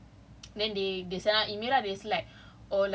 uh our sem two kan sem two they cancelled